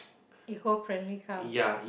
eco friendly cars